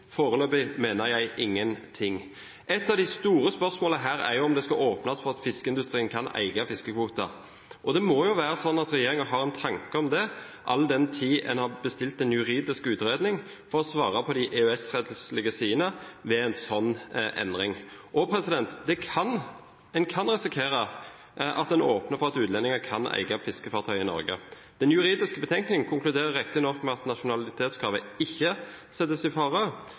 mener jeg ingenting.» Et av de store spørsmålene her er om det skal åpnes for at fiskeindustrien kan eie fiskekvoter. Det må jo være sånn at regjeringen har en tanke om det, all den tid en har bestilt en juridisk utredning for å svare på de EØS-rettslige sidene ved en slik endring. En kan risikere at en åpner for at utlendinger kan eie fiskefartøy i Norge. Den juridiske betenkningen konkluderte riktignok med at nasjonalitetskravet ikke settes i fare,